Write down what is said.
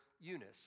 Eunice